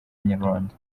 inyarwanda